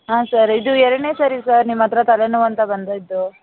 ಹಾಂ ಸರ್ ಇದು ಎರಡನೇ ಸರಿ ಸರ್ ನಿಮ್ಮ ಹತ್ರ ತಲೆನೋವು ಅಂತ ಬಂದಿದ್ದು